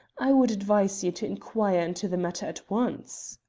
i would advise you to inquire into the matter at once.